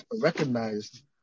recognized